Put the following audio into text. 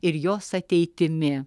ir jos ateitimi